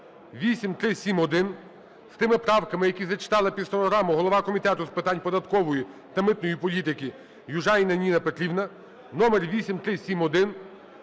номер 8371,